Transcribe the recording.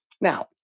Now